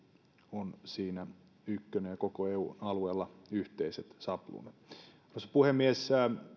on siinä ykkönen ja koko eun alueella yhteiset sapluunat arvoisa puhemies